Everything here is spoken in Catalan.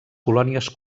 colònies